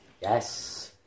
Yes